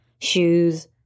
shoes